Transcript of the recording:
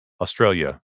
Australia